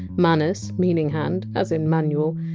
manus, meaning hand, as in! manual,